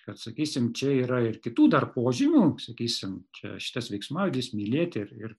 kad sakysim čia yra ir kitų dar požymių sakysim čia šitas veiksmažodis mylėti ir ir